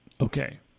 Okay